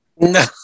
No